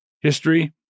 history